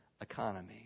economy